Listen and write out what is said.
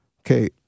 okay